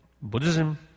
Buddhism